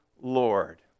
Lord